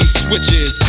switches